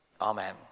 Amen